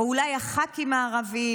או אולי הח"כים הערבים,